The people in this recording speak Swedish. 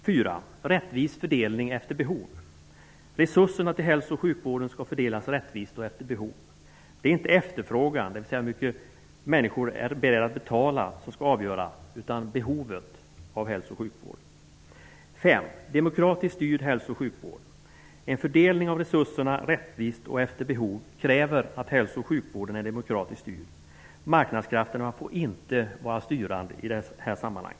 För det fjärde: Rättvis fördelning -- efter behov. Resurserna till hälso och sjukvården skall fördelas rättvist och efter behov. Det är inte efterfrågan, dvs. hur mycket människor är beredda att betala, som skall vara avgörande utan behovet. För det femte: Demokratiskt styrd hälso och sjukvård. En fördelning av resurserna rättvist och efter behov kräver att hälso och sjukvården är demokratiskt styrd. Marknadskrafterna får inte vara styrande i detta sammanhang.